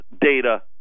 data